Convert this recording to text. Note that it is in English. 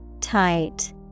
Tight